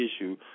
issue